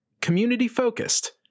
Community-focused